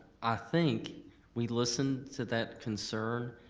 i think we listened to that concern,